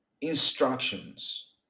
instructions